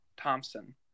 Thompson